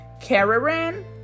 karen